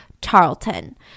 Tarleton